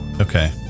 Okay